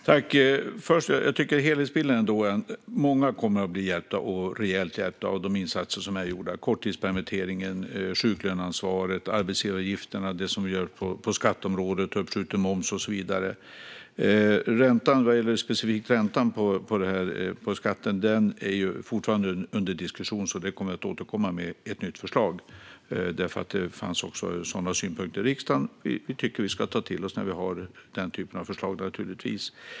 Herr talman! Jag tycker att helhetsbilden ändå är att många kommer att bli reellt hjälpta av de insatser som är gjorda - korttidspermitteringen, sjuklöneansvaret, arbetsgivaravgifterna, det vi gör på skatteområdet med uppskjuten moms och så vidare. Vad gäller räntan på skatten är den fortfarande under diskussion. Vi kommer att återkomma med ett nytt förslag, eftersom det fanns även sådana synpunkter i riksdagen. Vi tycker naturligtvis att vi ska ta till oss den typen av förslag.